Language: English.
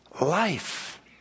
life